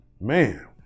man